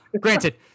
granted